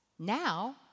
Now